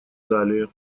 далее